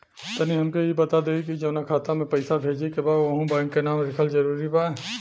तनि हमके ई बता देही की जऊना खाता मे पैसा भेजे के बा ओहुँ बैंक के नाम लिखल जरूरी बा?